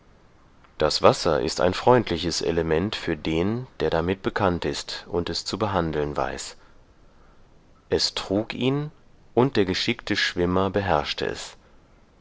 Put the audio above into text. das wasser ist ein freundliches element für den der damit bekannt ist und es zu behandeln weiß es trug ihn und der geschickte schwimmer beherrschte es